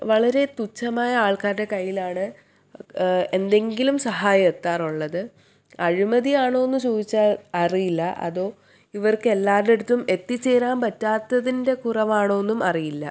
വളരെ തുച്ഛമായ ആൾക്കാരുടെ കയ്യിലാണ് എന്തെങ്കിലും സഹായം എത്താറുള്ളത് അഴിമതിയാണോയെന്നു ചോദിച്ചാൽ അറിയില്ല അതോ ഇവർക്കെല്ലാവരുടെ അടുത്തും എത്തിച്ചേരാൻ പറ്റാത്തതിൻ്റെ കുറവാണോയെന്നും അറിയില്ല